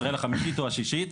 ישראל החמישית או השישית,